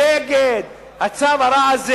נגד הצו הרע הזה.